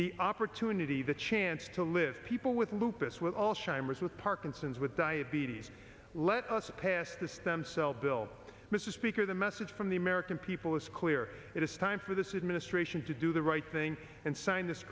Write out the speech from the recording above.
the opportunity the chance to live people with lupus with all shimmers with parkinson's with diabetes let us pass the stem cell bill mr speaker the message from the american people is clear it is time for this is ministration to do the right thing and si